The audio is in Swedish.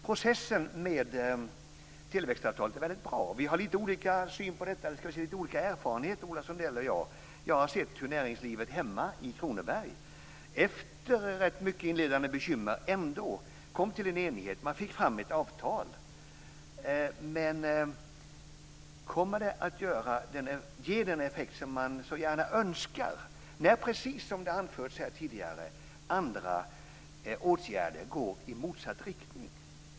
Processen med tillväxtavtalen är väldigt bra men Ola Sundell och jag har lite olika syn på detta, lite olika erfarenhet. Jag har sett hur näringslivet hemma i Kronoberg efter rätt mycket inledande bekymmer ändå kom till enighet. Man fick fram ett avtal. Men kommer effekten att bli den som man så gärna önskar när, som tidigare har anförts här, andra åtgärder går i motsatt riktning?